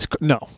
No